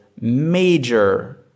major